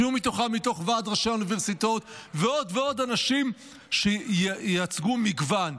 שיהיו מתוכם מתוך ועד ראשי האוניברסיטאות ועוד ועוד אנשים שייצגו מגוון.